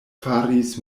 faris